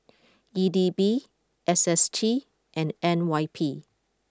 E D B S S T and N Y P